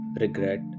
regret